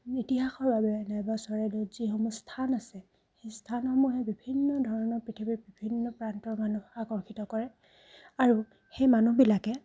ইতিহাসৰ বাবে নাইবা চৰাইদেউত যিসমূহ স্থান আছে সেই স্থানসমূহে বিভিন্ন ধৰণৰ পৃথিৱীৰ বিভিন্ন প্ৰান্তৰ মানুহ আকৰ্ষিত কৰে আৰু সেই মানুহবিলাকে